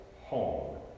home